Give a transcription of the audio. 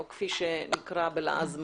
או כפי שנקרא בלעז מרינות,